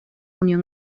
unión